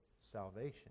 salvation